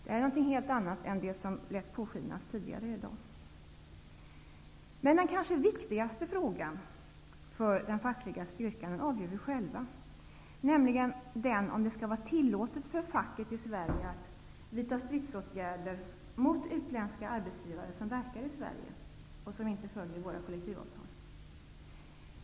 Det är någonting helt annat än det som lät påskinas här tidigare i dag. Den kanske viktigaste frågan för den fackliga styrkan avgör vi själva. Det är om det skall vara tillåtet för facket i Sverige att vidta stridsåtgärder mot utländska arbetsgivare som verkar i Sverige och som inte följer våra kollektivavtal.